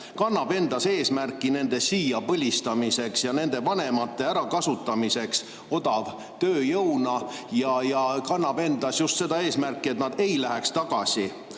kannab endas eesmärki nad siia põlistada ja nende vanemaid ära kasutada odavtööjõuna ja kannab endas just seda eesmärki, et nad ei läheks tagasi.